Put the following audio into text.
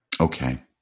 Okay